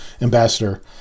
ambassador